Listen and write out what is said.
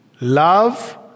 love